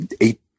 eight